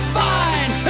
fine